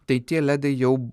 tai tie ledai jau